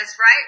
right